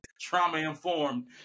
trauma-informed